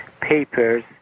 papers